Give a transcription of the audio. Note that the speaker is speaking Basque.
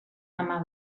ama